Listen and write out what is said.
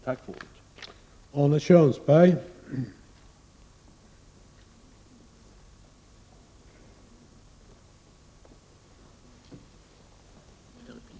Tack för ordet!